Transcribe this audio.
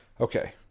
Okay